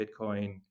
Bitcoin